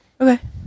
Okay